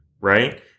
right